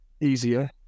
easier